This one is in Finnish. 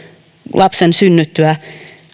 lapsen synnyttyä